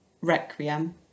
Requiem